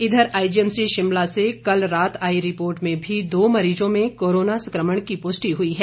इधर आईजीएमसी शिमला से कल रात आई रिपोर्ट में भी दो मरीजों में कोरोना संक्रमण की पुष्टि हुई है